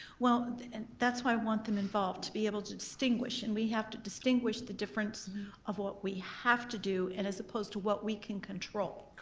well and that's i want them involved to be able to distinguish and we have to distinguish the difference of what we have to do and as opposed to what we can control.